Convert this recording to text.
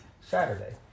Saturday